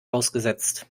ausgesetzt